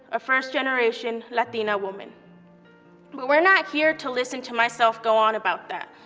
a first-generation latina woman. but we're not here to listen to myself go on about that,